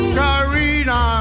carina